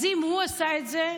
אז אם הוא עשה את זה,